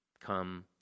come